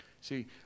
See